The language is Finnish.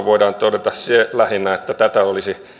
voidaan todeta lähinnä se että tätä olisi